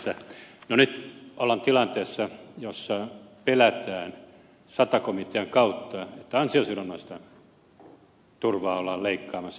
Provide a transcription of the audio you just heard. no nyt ollaan tilanteessa jossa pelätään sata komitean kautta että ansiosidonnaista turvaa ollaan leikkaamassa